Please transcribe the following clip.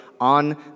on